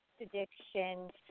addiction